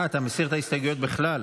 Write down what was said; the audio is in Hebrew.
אתה מסיר את ההסתייגויות בכלל?